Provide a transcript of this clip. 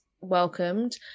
welcomed